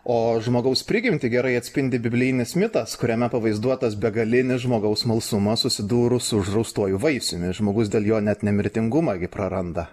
o žmogaus prigimtį gerai atspindi biblijinis mitas kuriame pavaizduotas begalinis žmogaus smalsumas susidūrus su uždraustuoju vaisiumi žmogus dėl jo net nemirtingumą praranda